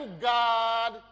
God